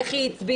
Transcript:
איך היא הצביעה,